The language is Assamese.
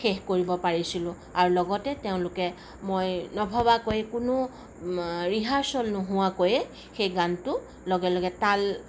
শেষ কৰিব পাৰিছিলোঁ আৰু লগতে তেওঁলোকে মই নভবাকৈয়ে কোনো ৰিহাৰ্ছল নোহোৱাকৈয়ে সেই গানটো লগে লগে তাল